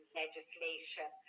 legislation